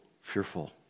fearful